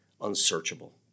unsearchable